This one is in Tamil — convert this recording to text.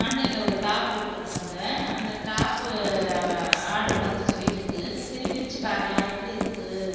ஆன்லைன்ல ஒரு டாப் போட்டிருந்தேங்க அந்த டாப்பு ஆட்ரு வந்துச்சு வீட்டுக்கு சரி பிரித்து பார்க்கலாம் எப்படி இருக்குது